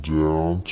down